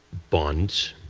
bonds,